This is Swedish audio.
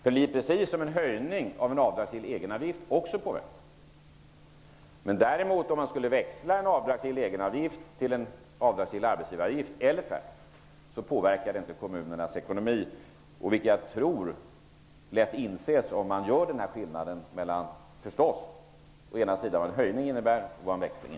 På precis samma sätt påverkar en höjning av en avdragsgill egenavgift kommunernas ekonomi. Om man däremot växlar en avdragsgill egenavgift till en avdragsgill arbetsgivaravgift eller tvärtom påverkar det inte kommunernas ekonomi. Det tror jag lätt inses om man gör den här skillnaden mellan en höjning och en växling.